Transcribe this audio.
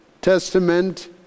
Testament